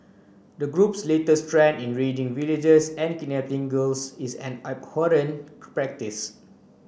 the group's latest trend in raiding villages and kidnapping girls is an abhorrent practice